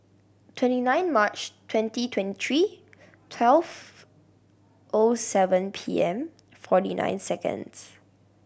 twenty nine March twenty twenty three twelve O seven P M forty nine seconds